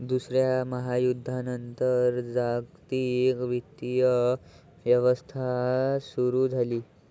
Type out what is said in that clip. दुसऱ्या महायुद्धानंतर जागतिक वित्तीय व्यवस्था सुरू झाली